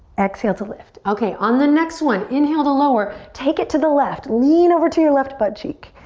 exhale to lift. okay, on the next one, inhale to lower. take it to the left. lean over to your left butt cheek.